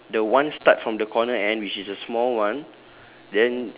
ya the one start from the corner end which is the small one